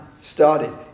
started